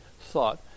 thought